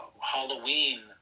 Halloween